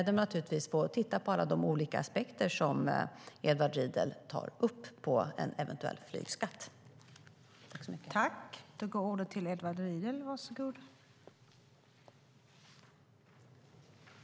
Den får givetvis titta på alla de olika aspekter av en eventuell flygskatt som Edward Riedl tar upp.